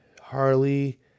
Harley